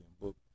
book